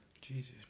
jesus